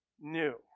new